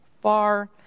far